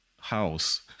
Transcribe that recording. house